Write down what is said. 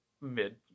mid